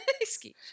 Excuse